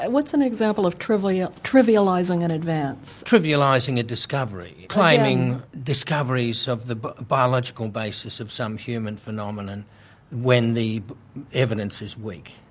and what's an example of trivialising of trivialising an advance? trivialising a discovery, claiming discoveries of the biological basis of some human phenomenon when the evidence is weak.